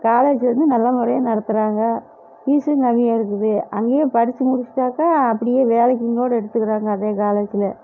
college வந்து நல்ல முறையாக நடத்துகிறாங்க ஃபீஸும் கம்மியாக இருக்குது அங்கேயே படித்து முடிச்சாக்க அப்படியே வேலைக்குங்கூட எடுத்துக்கிறாங்க அதே காலேஜில்